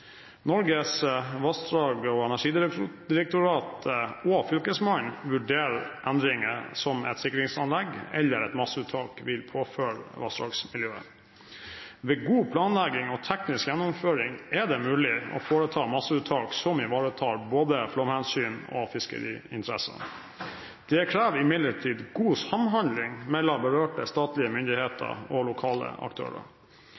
Norges vassdrags- og energidirektorat og Fylkesmannen vurderer de endringer som et sikringsanlegg eller et masseuttak vil påføre vassdragsmiljøet. Ved god planlegging og teknisk gjennomføring er det mulig å foreta masseuttak som ivaretar både flomhensyn og fiskeriinteresser. Det krever imidlertid god samhandling mellom berørte statlige myndigheter og lokale aktører.